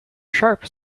sharp